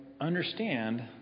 understand